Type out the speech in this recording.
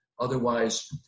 Otherwise